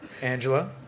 Angela